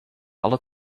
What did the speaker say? alle